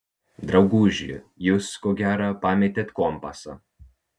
drauguži jūs ko gera pametėt kompasą